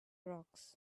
rocks